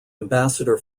ambassador